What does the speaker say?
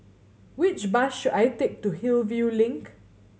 which bus should I take to Hillview Link